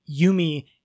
Yumi